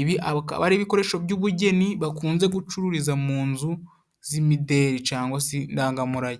Ibi akaba ari ibikoresho by'ubugeni bakunze gucururiza mu nzu z'imideri cyangwa si ndangamurage.